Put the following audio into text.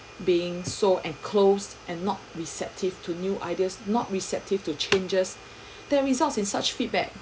being so enclosed and not receptive to new ideas not receptive to changes they results in such feedback